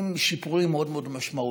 עם שיפורים מאוד מאוד משמעותיים,